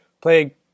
play